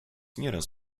nieraz